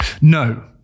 No